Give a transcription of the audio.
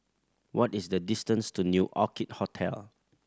what is the distance to New Orchid Hotel